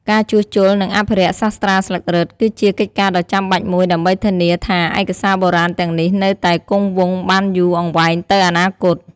ការជួសជុល និងអភិរក្សសាស្រ្តាស្លឹករឹត គឺជាកិច្ចការដ៏ចាំបាច់មួយដើម្បីធានាថាឯកសារបុរាណទាំងនេះនៅតែគង់វង្សបានយូរអង្វែងទៅអនាគត។